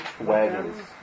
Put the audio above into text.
wagons